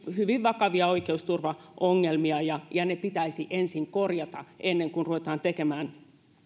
hyvin vakavia oikeusturvaongelmia ja ja ne pitäisi ensin korjata ennen kuin ruvetaan tekemään